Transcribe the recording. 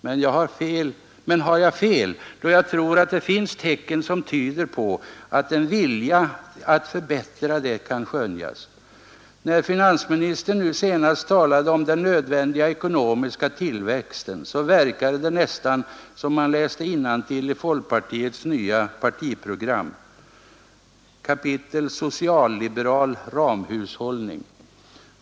Men har jag fel då jag tror att det finns tecken som tyder på att en vilja att förbättra det kan skönja nödvändiga ekonomiska tillväxten, så verkade det nästan som om han s? När finansministern senast talade om den läste innantill i folkpartiets nya program: kapitlet Socialliberal ramhushållning.